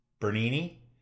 Bernini